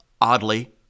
oddly